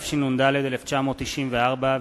התשנ"ד 1994,